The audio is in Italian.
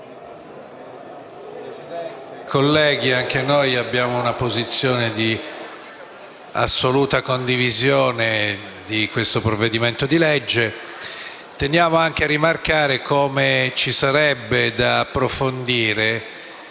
colleghi, anche noi abbiamo una posizione di assoluta condivisione di questo provvedimento. Teniamo a rimarcare come ci sarebbe da approfondire